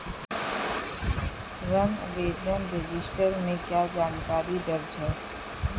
ऋण आवेदन रजिस्टर में क्या जानकारी दर्ज है?